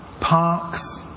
parks